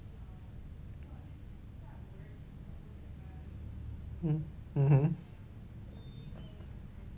mm mmhmm